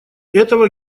этого